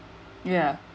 ya